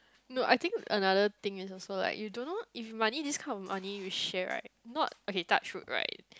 not I think another thing is also like you don't know if your money this kind of money we share right not okay touch wood right